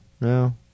no